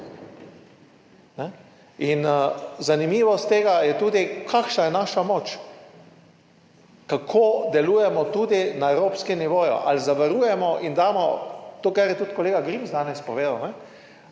zanimivost tega je tudi, kakšna je naša moč, kako delujemo tudi na evropskem nivoju, ali zavarujemo in damo to, kar je tudi kolega Grims danes povedal,